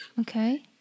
okay